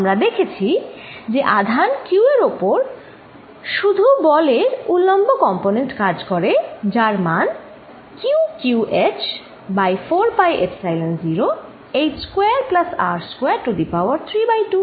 আমরা দেখেছি যে আধান q এর উপর শুধু বলের উলম্ব কম্পনেন্ট কাজ করে যার মান Qq hবাই 4 পাই এপসাইলন0 h square plus R square to the power 32